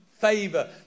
favor